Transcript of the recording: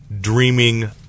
dreaming